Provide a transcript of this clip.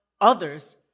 others